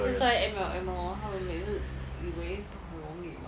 that's why M_L_M lor 他们每次以为都很容易 [what]